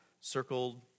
circled